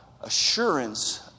assurance